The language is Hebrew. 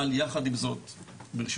אבל יחד עם זאת ברשותך,